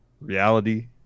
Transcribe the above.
reality